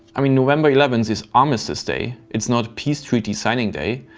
i mean, november eleventh is armistice day. it's not peace treaty signing day.